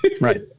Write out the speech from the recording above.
Right